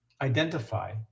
identify